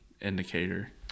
indicator